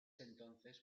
entonces